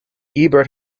ebert